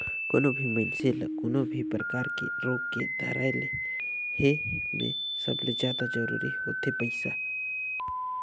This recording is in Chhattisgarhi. कोनो भी मइनसे ल कोनो भी परकार के रोग के धराए ले हे में सबले जादा जरूरी होथे पइसा